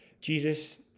Jesus